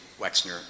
Wexner